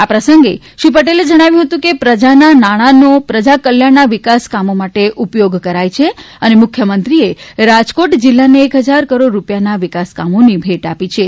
આ પ્રસંગે શ્રી પટેલે જણાવ્યું કે પ્રજાના નાણા તો પ્રજા કલ્યાણના વિકાસ કામો માટે ઉપયોગ કરાયું છે અને મુખ્યમંત્રીએ રાજકોટ જિલ્લાને એક હજાર કરોડ રૂપિયાના વિકાસ કામોની ભેટ આપી છે